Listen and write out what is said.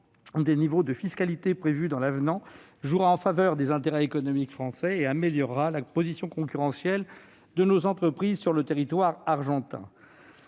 des niveaux de fiscalité prévu dans l'avenant jouera en faveur des intérêts économiques français et améliorera la position concurrentielle de nos entreprises sur le territoire argentin.